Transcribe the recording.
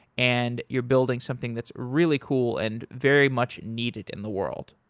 and you're building something that's really cool and very much needed in the world.